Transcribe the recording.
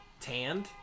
tanned